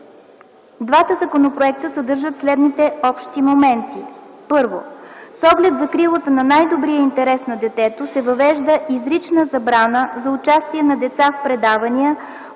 Двата законопроекта съдържат следните общи моменти: 1. С оглед закрилата на „най-добрия интерес на детето” се въвежда изрична забрана за участие на деца в предавания,